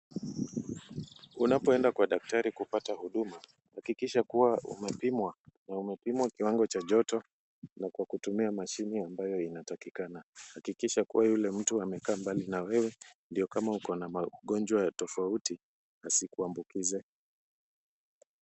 Unapoenda kwa daktari kupata huduma, hakikisha kuwa umepimwa na umepimwa kiwango cha joto na kwa kutumia mashine ambayo inatakikana. Hakikisha kuwa yule mtu amekaa mbali na wewe ndio kama uko na magonjwa tofauti, asikuambukize.